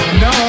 no